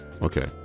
Okay